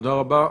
תודה רבה.